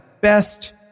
Best